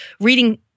reading